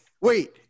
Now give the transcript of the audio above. wait